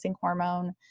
hormone